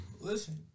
Listen